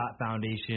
Foundation